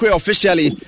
officially